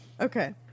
Okay